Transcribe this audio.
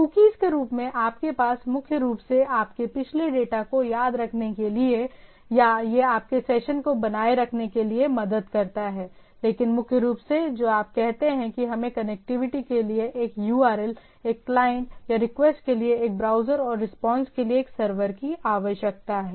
cookies के रूप में आपके पास मुख्य रूप से आपके पिछले डेटा को याद रखने के लिए या यह आपके सेशन को बनाए रखने में मदद करता है लेकिन मुख्य रूप से जो आप कहते हैं कि हमें कनेक्टिविटी के लिए एक URL एक क्लाइंट या रिक्वेस्ट के लिए एक ब्राउज़र और रिस्पांस के लिए एक सर्वर की आवश्यकता है